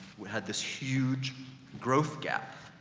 we had this huge growth gap.